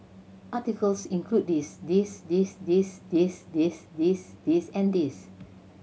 articles include this this this this this this this this and this